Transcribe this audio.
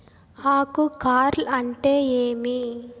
ఆకు కార్ల్ అంటే ఏమి?